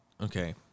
okay